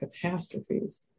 catastrophes